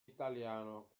italiano